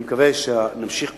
אני מקווה שכולנו